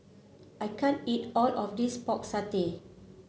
I can't eat all of this Pork Satay